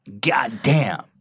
Goddamn